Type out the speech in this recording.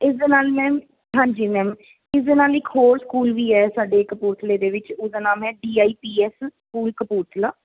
ਇਸ ਦੇ ਨਾਲ ਮੈਮ ਹਾਂਜੀ ਮੈਮ ਇਸ ਦੇ ਨਾਲ ਇੱਕ ਹੋਰ ਸਕੂਲ ਵੀ ਹੈ ਸਾਡੇ ਕਪੂਰਥਲੇ ਦੇ ਵਿੱਚ ਉਹਦਾ ਨਾਮ ਹੈ D I P S school Kapurthala